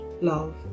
Love